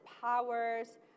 powers